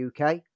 UK